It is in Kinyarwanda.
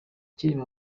cyilima